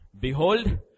Behold